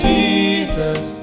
Jesus